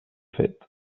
fet